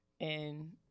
and-